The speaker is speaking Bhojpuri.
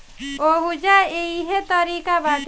ओहुजा इहे तारिका बाटे